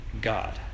God